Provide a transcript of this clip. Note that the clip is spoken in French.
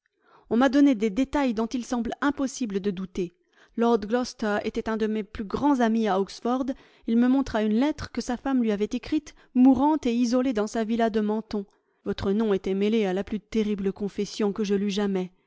on m'a donné des détails dont il semble impossible de douter lord gloucester était un de mes plus grands amis à oxford il me montra une lettre que sa femme lui avait écrite mourante et isolée dans sa villa de menton votre nom était mêlé à la plus terrible confession que je lus jamais